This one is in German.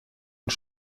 und